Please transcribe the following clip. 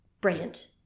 brilliant